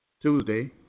Tuesday